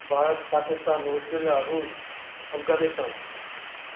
Bharat Pakistan Australia रूस अफ़गानिस्तान